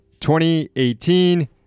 2018